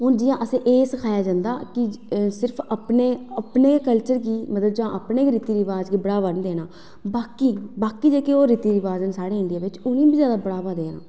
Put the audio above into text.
हून असेंगी जियां एह् सिखाया जंदा की अपने कल्चर गी जां अपने रीति रवाज़ गी गै बढ़ावा निं देना बलके बाकी जेह्के इंडिया च रीति रवाज़ न उनेंगी बी बढ़ावा देना